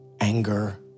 anger